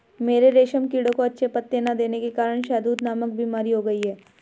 मेरे रेशम कीड़ों को अच्छे पत्ते ना देने के कारण शहदूत नामक बीमारी हो गई है